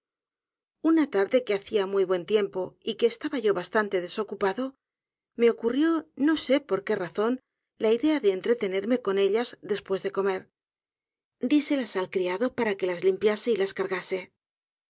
una tarde que hacia muy buen tiempo y que estaba yo bastante desocupado me ocurrió no sé porqué razón la idea de entretenerme con ellas después de comer diselas al criado para que las limpiase y las cargase